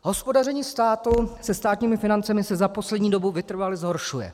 Hospodaření státu se státními financemi se za poslední dobu vytrvale zhoršuje.